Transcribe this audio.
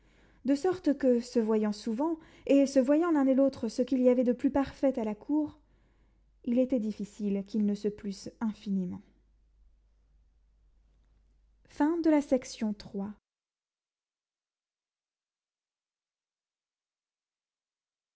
de sorte que se voyant souvent et se voyant l'un et l'autre ce qu'il y avait de plus parfait à la cour il était difficile qu'ils ne se plussent infiniment